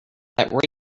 that